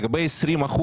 לגבי ה-20%,